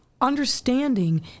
understanding